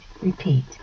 repeat